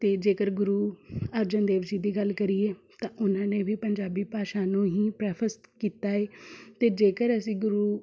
ਅਤੇ ਜੇਕਰ ਗੁਰੂ ਅਰਜਨ ਦੇਵ ਜੀ ਦੀ ਗੱਲ ਕਰੀਏ ਤਾਂ ਉਹਨਾਂ ਨੇ ਵੀ ਪੰਜਾਬੀ ਭਾਸ਼ਾ ਨੂੰ ਹੀ ਪ੍ਰੈਫਸ ਕੀਤਾ ਏ ਅਤੇ ਜੇਕਰ ਅਸੀਂ ਗੁਰੂ